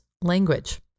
language